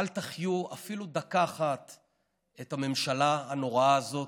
אל תחיו אפילו דקה אחת את הממשלה הנוראה הזאת,